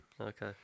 Okay